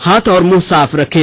हाथ और मुंह साफ रखें